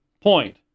point